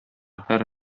һәр